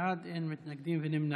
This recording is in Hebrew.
שבעה בעד, אין מתנגדים ונמנעים.